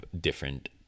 different